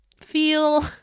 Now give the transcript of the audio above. feel